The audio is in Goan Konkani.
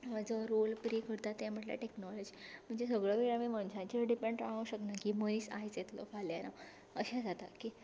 जो रोल प्ले करता तें म्हणल्यार टेक्नोलॉजी म्हणजे सगलीं कडेन आमी मनशाचेर डिपेंड रावूंक शकना की मनीस आयज येतलो फाल्यां येतलो अशें जाता की